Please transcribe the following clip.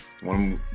one